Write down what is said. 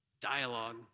dialogue